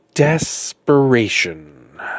Desperation